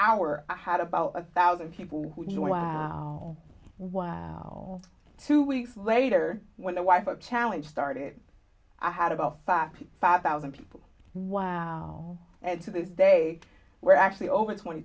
hour i had about a thousand people who knew why wow two weeks later when the wife accounts started i had about fact five thousand people wow and to this day we're actually over twenty